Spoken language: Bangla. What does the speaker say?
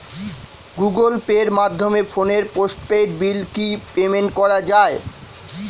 গুগোল পের মাধ্যমে ফোনের পোষ্টপেইড বিল কি পেমেন্ট করা যায়?